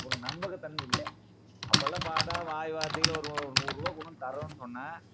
ஒரு நம்பகத்தன்மை இல்லை அப்போதெலாம் பார்த்தா வாய் வார்த்தையில் ஒரு ஒரு நூறுரூபாய் கொண்டு வந்து தர்றோம்னு சொன்னால்